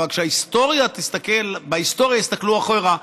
אבל כשבהיסטוריה יסתכלו אחורה,